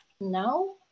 now